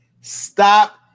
stop